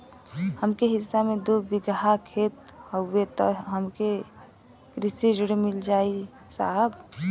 हमरे हिस्सा मे दू बिगहा खेत हउए त हमके कृषि ऋण मिल जाई साहब?